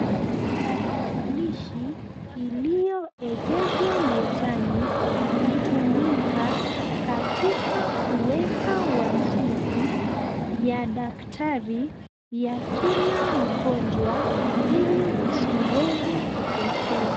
Tarakilishi iliyoegeshwa mezani hutumika katika kuweka uwasifu ya daktari ya kila mgonjwa ili iseweze kupotea.